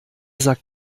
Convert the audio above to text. sagt